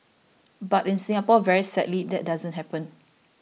but in Singapore very sadly that doesn't happen